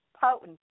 potent